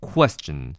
Question